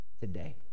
today